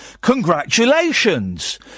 congratulations